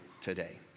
today